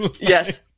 Yes